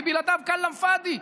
כי בלעדיו כלאם פאדי,